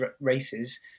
races